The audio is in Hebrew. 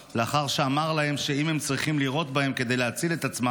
לאחר שאמר להם שאם הם צריכים לירות בהם כדי להציל את עצמם,